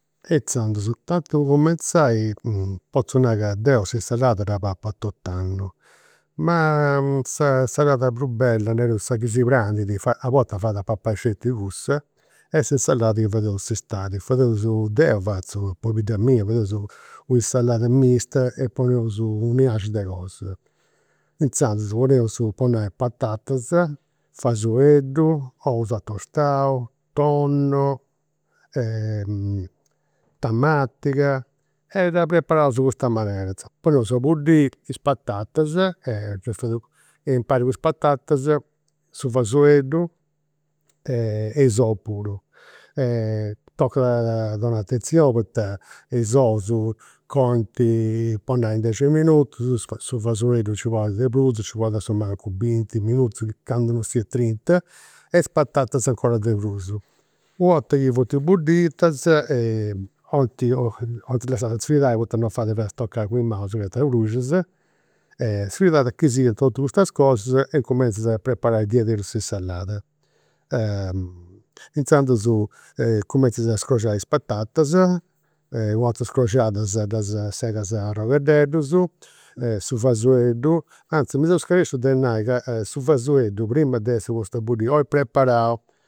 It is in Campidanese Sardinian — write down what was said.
E inzandus, tanti po cumenzai, potzu nai ca deu s'insalada dda papu a tot'annu. Ma sa cosa prus bella, nareus, sa chi si prandit, a bortas fait a papai sceti cussa, est s'insalada chi fadeus in s'istadi. Fadeus, deu fatzu, pobidda mia fadeus u' insalada mista e poneus u' inasci de cosas. Inzandus, poneus, po nai, patatas, fasobeddu, ous a tostau, tonno, tamatiga e dda preparaus in custa manera. Poneus a buddiri is patatas, ddas fadeus, impari cun i' patatas su fasobeddu e is ous. Tocat a donai atenzioni poita is ous coint, in dexi minutus, su fasobeddu nci ponit de prus, nci ponit asumancu binti minutus, candu non sia trinta, is patatas 'ncora de prus. U' 'orta chi funt budditas 'olint, 'olint lassadas fridai poita non fait a ddas toccai cun i' manus ca t'abruxias. E sfridadas chi siant totus custas cosas, incumenzas a preparai diaderus s'insalada. Inzandus cuminzas a is patatas, u' 'orta scroxadas ddas segas a arroghededdus, su fasobeddu, anzi, mi seu scaresciu de nai ca su fasobeddu prima de essi postu a, 'olit preparau